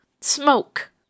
smoke